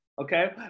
okay